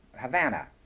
Havana